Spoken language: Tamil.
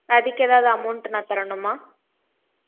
அதுக்கு எதாவது அமௌண்ட் நான் தரணுமா